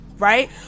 Right